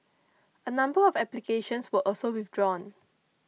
a number of applications were also withdrawn